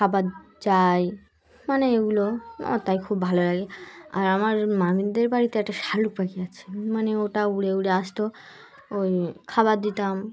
খাবার চায় মানে এগুলো তাই খুব ভালো লাগে আর আমার মামিদের বাড়িতে একটা শালিখ পাখি আছে মানে ওটা উড়ে উড়ে আসতো ওই খাবার দিতাম